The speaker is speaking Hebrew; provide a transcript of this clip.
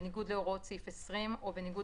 בניגוד להוראות סעיף 20 או בניגוד